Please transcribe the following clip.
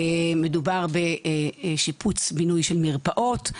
מדובר בשיפוץ בינוי של מרפאות.